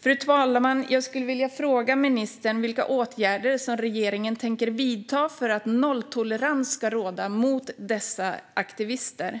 Fru talman! Jag skulle vilja fråga ministern vilka åtgärder regeringen tänker vidta för att nolltolerans ska råda mot dessa aktivister.